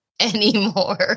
anymore